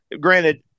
granted